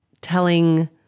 telling